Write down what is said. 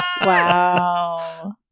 Wow